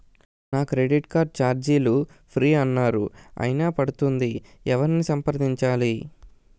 నా credit card ఛార్జీలు free అన్నారు అయినా పడుతుంది ఎవరిని సంప్రదించాలి?